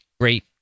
great